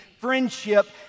friendship